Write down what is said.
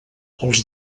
els